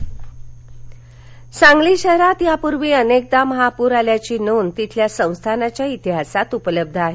सांगली पर सांगली शहरात यापूर्वी अनेकदा महापूर आल्याची नोंद तिथल्या संस्थानच्या इतिहासात उपलब्ध आहे